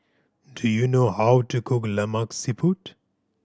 do you know how to cook Lemak Siput